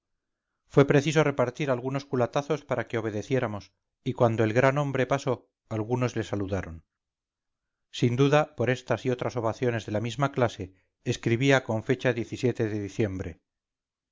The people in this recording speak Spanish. fue preciso repartir algunos culatazos para que obedeciéramos y cuando el grande hombre pasó algunos le saludaron sin duda por estas y otras ovaciones de la misma clase escribía con fecha de diciembre